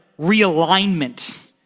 realignment